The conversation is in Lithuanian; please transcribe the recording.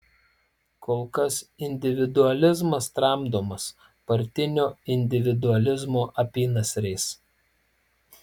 kol kas individualizmas tramdomas partinio individualizmo apynasriais